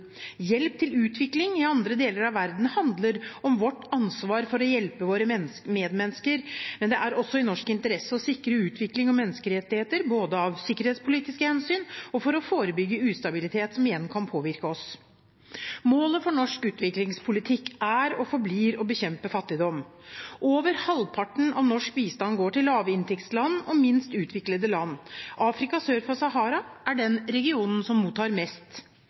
Hjelp til utvikling i andre deler av verden handler om vårt ansvar for å hjelpe våre medmennesker, men det er også i norsk interesse å sikre utvikling og menneskerettigheter, både av sikkerhetspolitiske hensyn og for å forebygge ustabilitet, som igjen kan påvirke oss. Målet for norsk utviklingspolitikk er og forblir å bekjempe fattigdom. Over halvparten av norsk bistand går til lavinntektsland og minst utviklede land. Afrika sør for Sahara er den regionen som mottar mest.